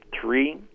three